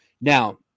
now